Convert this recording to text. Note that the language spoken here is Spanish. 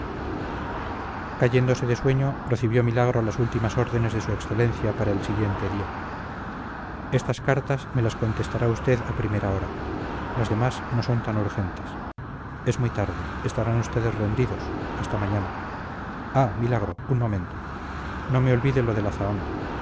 cayéndose de sueño recibió milagro las últimas órdenes de su excelencia para el siguiente día estas cartas me las contestará usted a primera hora las demás no son tan urgentes es muy tarde estarán ustedes rendidos hasta mañana ah milagro un momento no me olvide lo de la zahón